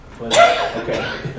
Okay